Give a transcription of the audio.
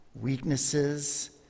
weaknesses